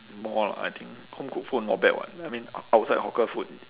more lah I think home cooked food not bad [what] I mean ou~ outside hawker food